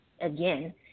Again